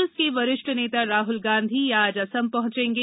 कांग्रेस के वरिष्ठ नेता राइल गांधी कल असम पहुंचेंगे